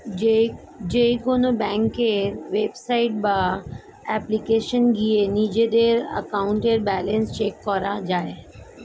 যেকোনো ব্যাংকের ওয়েবসাইট বা অ্যাপ্লিকেশনে গিয়ে নিজেদের অ্যাকাউন্টের ব্যালেন্স চেক করা যায়